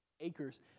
acres